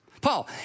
Paul